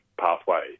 pathway